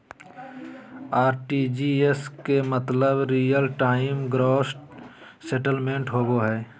RTGS के मतलब real time gross settlement होबो हय